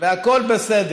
ובצדק, והכול בסדר.